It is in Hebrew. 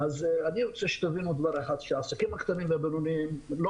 אני רוצה שתבינו שהעסקים הקטנים והבינוניים לא